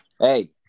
Hey